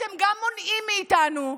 אתם גם מונעים מאיתנו,